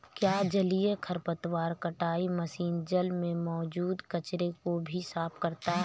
क्या जलीय खरपतवार कटाई मशीन जल में मौजूद कचरे को भी साफ करता है?